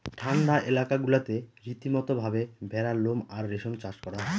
ঠান্ডা এলাকা গুলাতে রীতিমতো ভাবে ভেড়ার লোম আর রেশম চাষ করা হয়